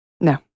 No